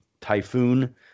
typhoon